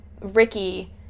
Ricky